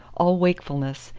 all wakefulness,